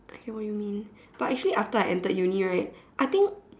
okay what you mean but actually after I entered uni right I think